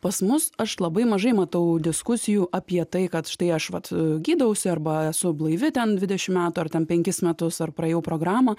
pas mus aš labai mažai matau diskusijų apie tai kad štai aš vat gydausi arba esu blaivi ten dvidešim metų ar ten penkis metus ar praėjau programą